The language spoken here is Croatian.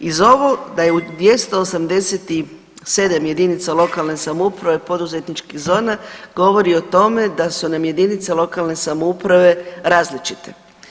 Iz ovo, da je u 287 jedinica lokalne samouprave poduzetničkih zona, govori o tome da su nam jedinice lokalne samouprave različite.